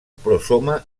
prosoma